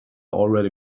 already